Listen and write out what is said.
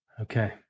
Okay